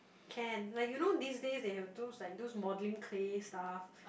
can like you know these days they have those like those modelling clay stuff